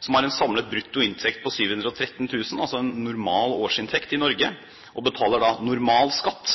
som har en samlet brutto inntekt på 713 000 kr, altså en normal årsinntekt i Norge, og betaler normal skatt,